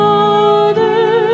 Father